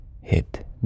hit